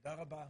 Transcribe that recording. תודה רבה.